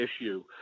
issue